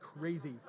crazy